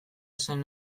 esan